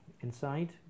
inside